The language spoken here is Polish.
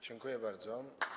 Dziękuję bardzo.